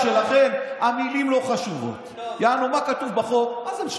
אז לכן אני אומר: זו חוצפה ועזות מצח,